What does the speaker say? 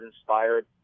inspired